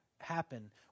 happen